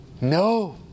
No